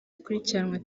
akurikiranwa